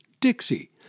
Dixie